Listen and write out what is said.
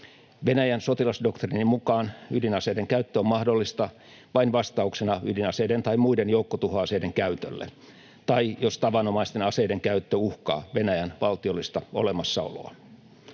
Venäjän sotilasdoktriinin mukaan ydinaseiden käyttö on mahdollista vain vastauksena ydinaseiden tai muiden joukkotuhoaseiden käytölle tai jos tavanomaisten aseiden käyttö uhkaa Venäjän valtiollista olemassaoloa.